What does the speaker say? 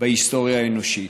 בהיסטוריה האנושית".